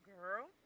girl